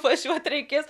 važiuoti reikės